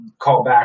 callback